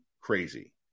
crazy